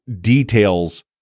details